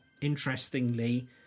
interestingly